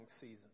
season